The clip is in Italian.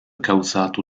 causato